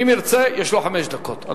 אם ירצה, יש לו חמש דקות.